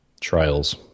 trials